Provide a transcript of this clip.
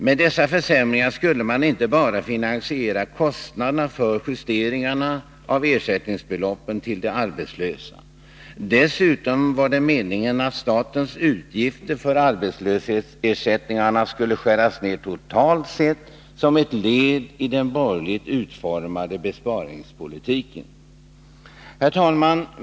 Med dessa försämringar skulle man inte bara finansiera kostnaderna för justeringarna av ersättningsbeloppen till de arbetslösa. Dessutom var det meningen att statens utgifter för arbetslöshetsersättningarna skulle skäras ned totalt sett som ett led i den borgerligt utformade besparingspolitiken. Herr talman!